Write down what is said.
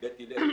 מבית הלל,